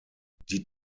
die